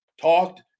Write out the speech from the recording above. talked